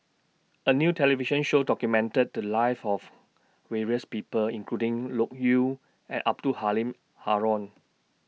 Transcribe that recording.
A New television Show documented The Lives of various People including Loke Yew and Abdul Halim Haron